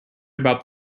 about